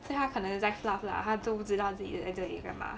then 他可能是在 fluff lah 他真不知道自己在这里干嘛